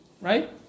right